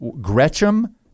Gretchen